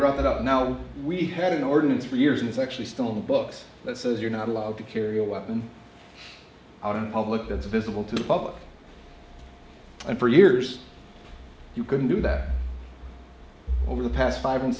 up now we had an ordinance for years and it's actually still on the books that says you're not allowed to carry a weapon out in public that's visible to the public and for years you couldn't do that over the past five and